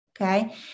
Okay